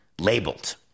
labeled